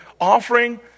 offering